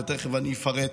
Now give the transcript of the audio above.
ותכף אני אפרט,